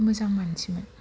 मोजां मानसिमोन